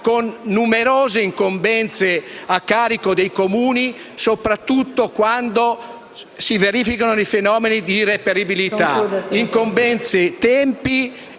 con numerose incombenze a carico dei Comuni, soprattutto quando si verificano fenomeni di irreperibilità. PRESIDENTE.